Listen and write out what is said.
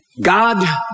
God